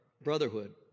brotherhood